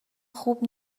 خوب